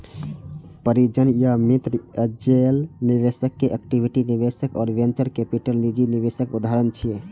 परिजन या मित्र, एंजेल निवेशक, इक्विटी निवेशक आ वेंचर कैपिटल निजी निवेशक उदाहरण छियै